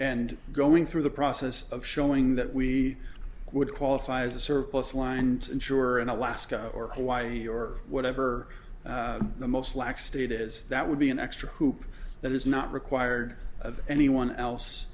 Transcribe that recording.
and going through the process of showing that we would qualify as a surplus line and ensure an alaska or hawaii or whatever the most lax state is that would be an extra hoop that is not required of anyone else